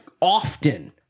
often